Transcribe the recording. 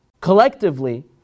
collectively